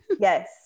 Yes